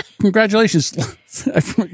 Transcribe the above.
Congratulations